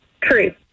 True